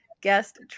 guest